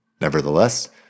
Nevertheless